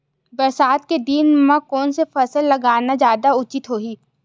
बरसात के दिन म कोन से फसल लगाना जादा उचित होही?